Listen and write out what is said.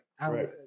right